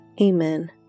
Amen